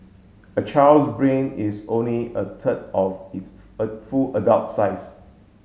a child's brain is only a third of its full adult size